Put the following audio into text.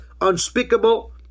unspeakable